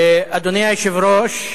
אדוני היושב-ראש,